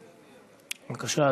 בבקשה,